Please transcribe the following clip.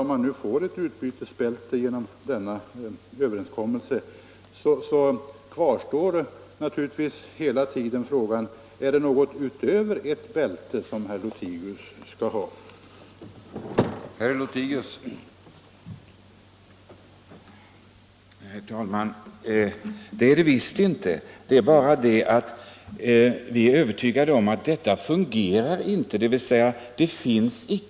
Om man får ett utbytesbälte genom denna överenskommelse kvarstår frågan: Är det någonting utöver ett bälte som herr Lothigius vill ha?